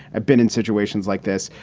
i've been in situations like this.